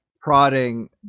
prodding